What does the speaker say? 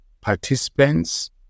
participants